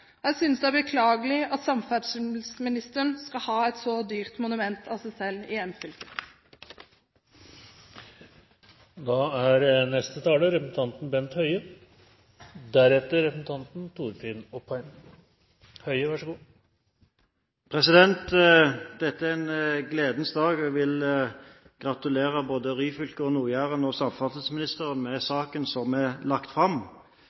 nå. Jeg synes det er beklagelig at samferdselsministeren skal ha et så dyrt monument over seg selv i hjemfylket. Dette er en gledens dag. Jeg vil gratulere både Ryfylke, Nord-Jæren og samferdselsministeren med saken som er lagt fram.